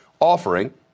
offering